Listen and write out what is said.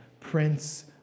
Prince